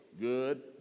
Good